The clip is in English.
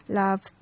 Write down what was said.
love